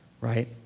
right